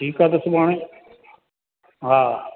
ठीकु आहे त सुभाणे हा